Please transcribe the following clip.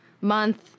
month